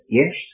yes